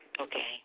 Okay